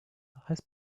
heißt